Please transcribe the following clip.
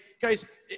guys